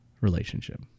relationship